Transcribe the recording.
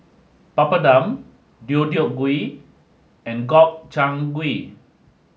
Papadum Deodeok gui and Gobchang gui